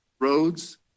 roads